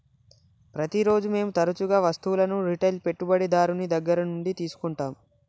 ప్రతిరోజు మేము తరచుగా వస్తువులను రిటైల్ పెట్టుబడిదారుని దగ్గర నుండి తీసుకుంటాం